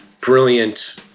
brilliant